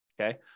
okay